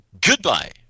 goodbye